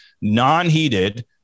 non-heated